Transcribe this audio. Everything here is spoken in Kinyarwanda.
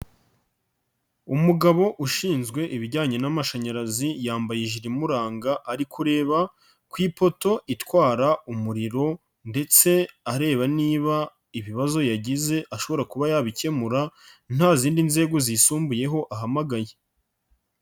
Umugabo ushinzwe ibijyanye n'amashanyarazi yambaye ijile imuranga, ari kureba ku ipoto itwara umuriro ndetse areba niba ibibazo yagize ashobora kuba yabikemura nta zindi nzego zisumbuyeho ahamagaye.